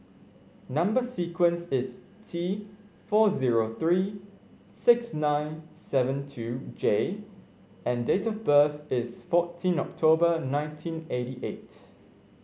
number sequence is T four zero three six nine seven two J and date of birth is fourteen October nineteen eighty eight